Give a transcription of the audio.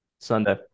Sunday